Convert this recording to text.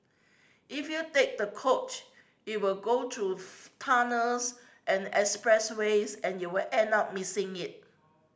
if you take the coach it will go through tunnels and expressways and you'll end up missing it